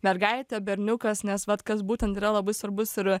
mergaitė berniukas nes vat kas būtent yra labai svarbus ir